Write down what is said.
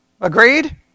Agreed